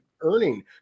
earning